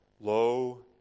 Lo